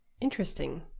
Interesting